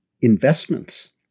investments